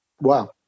wow